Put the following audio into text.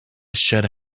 should